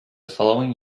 following